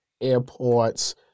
airports